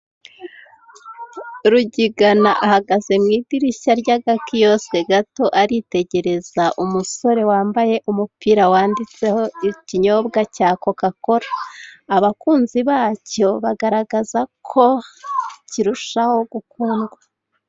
Rugigana ahagaze mu idirishya ry'agakiyosike gato, aritegereza umusore wambaye umupira wanditseho ikinyobwa cya coca cola, abakunzi bacyo bagaragaza ko kirushaho gukundwa.